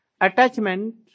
attachment